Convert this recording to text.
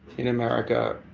in america,